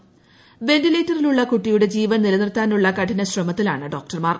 പ്രവൻറിലേറ്ററിലുള്ള കുട്ടിയുടെ ജീവൻ നിലനിർത്താനുള്ള കഠിനശ്രമത്തിലാണ് ഡോക്ടർമാർ